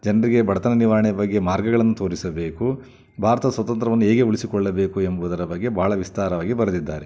ಜನರಿಗೆ ಬಡತನ ನಿವಾರಣೆ ಬಗ್ಗೆ ಮಾರ್ಗಗಳನ್ನು ತೋರಿಸಬೇಕು ಭಾರತದ ಸ್ವತಂತ್ರವನ್ನು ಹೇಗೆ ಉಳಿಸಿಕೊಳ್ಳಬೇಕು ಎಂಬುದರ ಬಗ್ಗೆ ಭಾಳ ವಿಸ್ತಾರವಾಗಿ ಬರೆದಿದ್ದಾರೆ